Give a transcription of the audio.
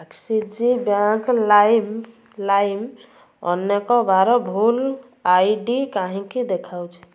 Axis bank ଲାଇମ୍ ଲାଇମ୍ ଅନେକ ବାର ଭୁଲ ଆଇ ଡ଼ି କାହିଁକି ଦେଖାଉଛି